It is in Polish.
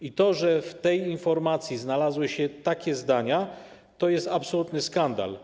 I to, że w tej informacji znalazły się takie zdania, to jest absolutny skandal.